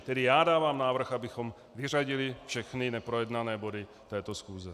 Tedy já dávám návrh, abychom vyřadili všechny neprojednané body této schůze.